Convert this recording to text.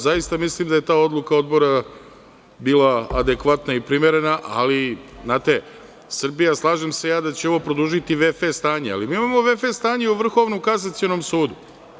Zaista mislim da je ta odluka Odbora bila adekvatna i primerena, ali Srbija, slažem se ja da će ovo produžiti v.f. stanje, ali mi imamo v.f. stanje u Vrhovnom kasacionom sudu.